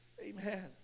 Amen